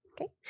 okay